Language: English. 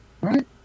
right